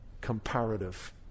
comparative